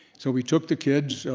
so we took the kids,